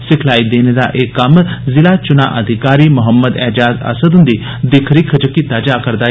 सिखलाई देने दा एह् कम्म जिला चुनां अधिकारी मोहम्मद एजाज असाद हंदी दिक्ख रिक्ख च कीता जा'रदा ऐ